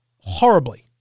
horribly